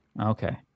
okay